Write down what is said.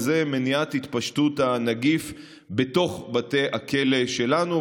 מניעת התפשטות הנגיף בתוך בתי הכלא שלנו.